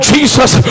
Jesus